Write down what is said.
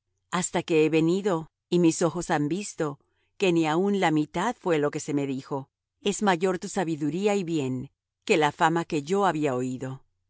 hasta que he venido y mis ojos han visto que ni aun la mitad fué lo que se me dijo es mayor tu sabiduría y bien que la fama que yo había oído